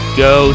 go